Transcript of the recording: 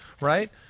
Right